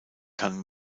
kann